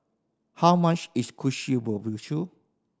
how much is Kushikatsu